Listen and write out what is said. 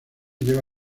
lleva